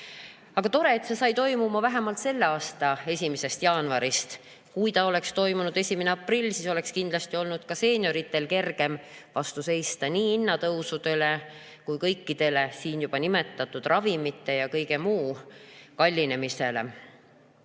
Aga tore, et see toimus vähemalt selle aasta 1. jaanuarist. Kui ta oleks toimunud 1. aprillil, siis oleks kindlasti olnud ka seenioridel kergem vastu seista nii hinnatõusudele kui ka kõikidele siin juba nimetatud, [näiteks] ravimite, ja kõige muu kallinemisele. Mina